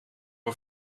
een